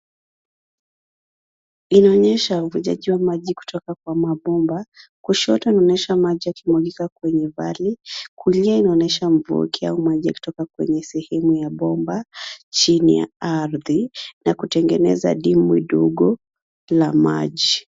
Inaonyesha uvujaji wa maji kutoka kwa mabomba. Kushoto inaonyesha maji yakimwagika kwenye vali. Kulia inaonyesha mvuke au maji kutoka kwenye sehemu ya bomba chini ya ardhi na kutengeneza dimbwi dogo la maji.